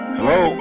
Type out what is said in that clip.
Hello